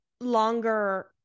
longer